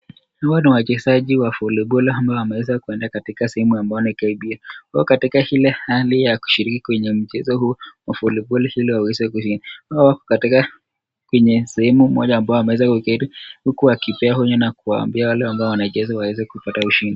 Hawa ni wachezaji wa voliboli ambao wameweza kuenda katika sehemu ambayo ni wanakimbia. Wako katika ile hali ya kushiriki kwenye mchezo huu wa voliboli ili waweze kushida. Wako katika kwenye sehemu moja ambayo wameweza kuketi huku wakipewa onyo na kuwaambia wale ambao wanacheza waweze kupata ushindi.